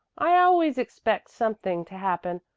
i always expect something to happen.